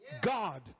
God